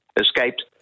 escaped